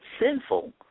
sinful